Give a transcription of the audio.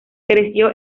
creció